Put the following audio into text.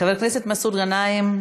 חבר הכנסת מסעוד גנאים,